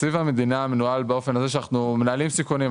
תקציב המדינה מנוהל באופן כזה שאנחנו מנהלים סיכונים.